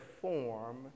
form